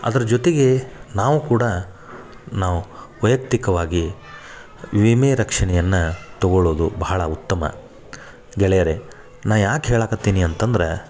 ಅದ್ರ ಜೊತೆಗೆ ನಾವು ಕೂಡ ನಾವು ವೈಯಕ್ತಿಕವಾಗಿ ವಿಮೆ ರಕ್ಷಣೆಯನ್ನು ತೊಗೊಳ್ಳೋದು ಬಹಳ ಉತ್ತಮ ಗೆಳೆಯರೇ ನಾ ಯಾಕೆ ಹೇಳಕತ್ತೀನಿ ಅಂತಂದ್ರೆ